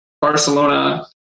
Barcelona